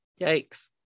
Yikes